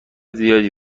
زیادی